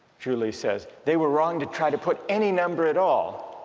julie says, they were wrong to try to put any number at all.